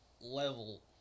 level